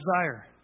desire